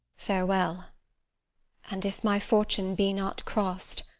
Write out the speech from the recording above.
farewell and if my fortune be not crost,